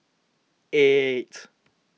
eight